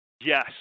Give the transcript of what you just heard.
Yes